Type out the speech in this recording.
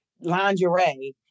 lingerie